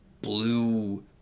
blue